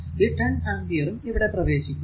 ഈ 10 ആംപിയറും ഇവിടെ പ്രവേശിക്കുന്നു